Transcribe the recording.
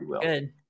Good